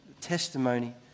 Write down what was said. testimony